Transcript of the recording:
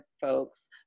folks